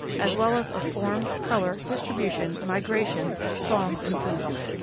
as well as of form, colour, distribution, migration, songs, and foods.